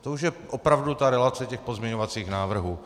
To už je opravdu ta relace pozměňovacích návrhů.